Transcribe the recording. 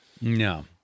No